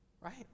right